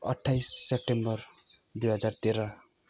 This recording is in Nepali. अट्ठाइस सेप्टेम्बर दुई हजार तेह्र